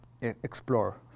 explore